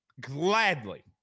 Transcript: Gladly